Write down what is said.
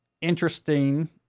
interesting